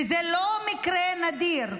וזה לא מקרה נדיר.